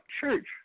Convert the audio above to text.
church